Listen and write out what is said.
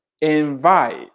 invite